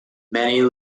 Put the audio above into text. many